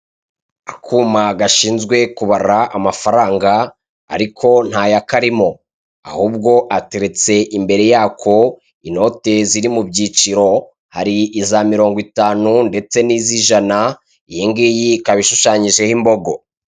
Akuma gashinzwe kubara amafaranga ariko ntayakarimo, ahubwo ateretse imbere ya ko inote ziri mu byiciro, hari iza mirongo itanu ndetse n'ijana, iyi ngiyi ikaba ishushanyijeho imbogo.